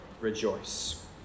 rejoice